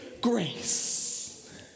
grace